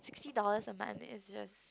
sixty dollars a month eh is just